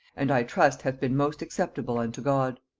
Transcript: and i trust hath been most acceptable unto god.